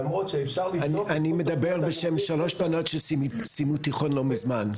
למרות שאפשר לבדוק --- אני מדבר בשם שלוש בנות שסיימו תיכון לא מזמן.